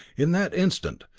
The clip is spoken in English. in that instant,